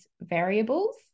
variables